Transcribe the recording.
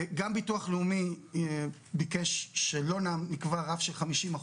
גם ביטוח לאומי ביקש שלא נקבע רף של 50%,